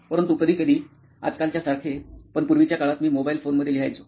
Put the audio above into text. पण कधीकधी आजकालच्या सारखे पण पूर्वीच्या काळात मी मोबाईल फोन मध्ये लिहायचो